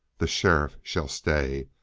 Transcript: the sheriff shall stay!